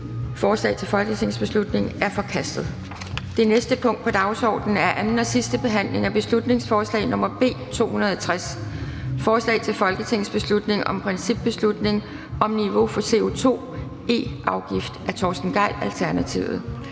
Forslaget til folketingsbeslutning er forkastet. --- Det næste punkt på dagsordenen er: 34) 2. (sidste) behandling af beslutningsforslag nr. B 263: Forslag til folketingsbeslutning om principbeslutning om niveau for CO2-e-afgift. Af Torsten Gejl (ALT).